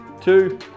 two